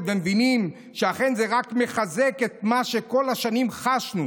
ומבינים שאכן זה רק מחזק את מה שכל השנים חשנו,